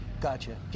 Gotcha